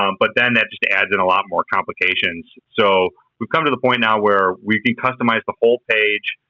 um but then that just adds in a lot more complications, so we've come to the point now where we can customize the whole page,